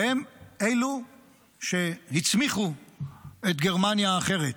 והם אלו שהצמיחו את גרמניה האחרת.